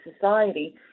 society